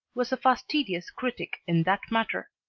was a fastidious critic in that matter.